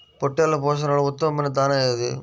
పొట్టెళ్ల పోషణలో ఉత్తమమైన దాణా ఏది?